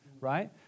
Right